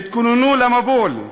התכוננו למבול,